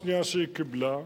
ההחלטה השנייה שהיא קיבלה,